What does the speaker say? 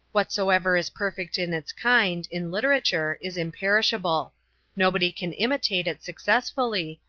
whatsoever is perfect in its kind, in literature, is imperishable nobody can imitate it successfully,